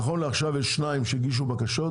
נכון לעכשיו יש שניים שהגישו בקשות,